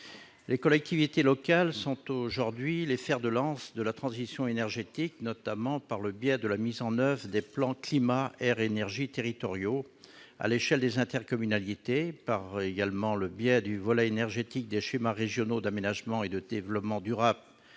Les collectivités locales sont aujourd'hui les fers de lance de la transition énergétique, notamment par le biais de la mise en oeuvre des plans climat-air-énergie territoriaux à l'échelle des intercommunalités, par le biais du volet énergie des schémas régionaux d'aménagement et de développement durable